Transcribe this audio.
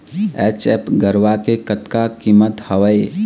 HF गरवा के कतका कीमत हवए?